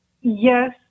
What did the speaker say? Yes